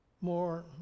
more